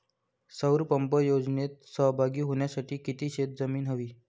सौर पंप योजनेत सहभागी होण्यासाठी किती शेत जमीन हवी?